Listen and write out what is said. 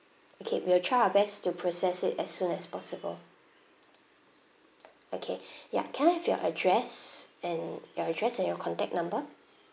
okay we'll try our best to process it as soon as possible okay ya can I have your address and your address and your contact number